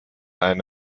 eine